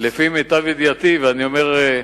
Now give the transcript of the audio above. לפי מיטב ידיעתי, ואני אומר,